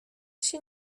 się